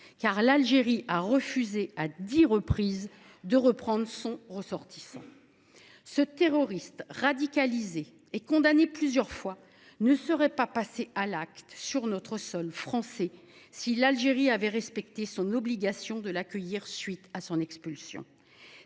que l’Algérie a refusé à dix reprises de reprendre son ressortissant. Ce terroriste radicalisé et condamné plusieurs fois ne serait pas passé à l’acte sur le sol français si l’Algérie avait respecté son obligation de l’accueillir à la suite de son expulsion.